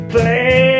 Play